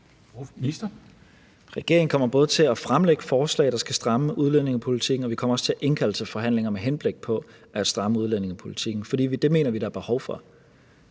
Tesfaye): Regeringen kommer både til at fremlægge forslag, der skal stramme udlændingepolitikken, og vi kommer også til at indkalde til forhandlinger med henblik på at stramme udlændingepolitikken, for det mener vi der er behov for.